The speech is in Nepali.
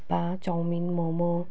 थुक्पा चाउमिन मोमो